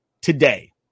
today